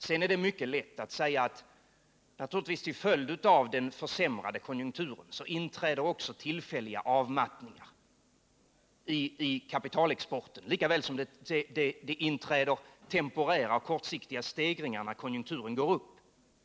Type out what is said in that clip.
Sedan är det mycket lätt att säga att till följd av den försämrade konjunkturen så inträder naturligtvis också tillfälliga avmattningar i kapitalexporten lika väl som det inträder temporära och kortsiktiga stegringar när konjunkturen går upp.